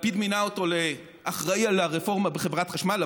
לפיד מינה אותו לאחראי על הרפורמה בחברת החשמל,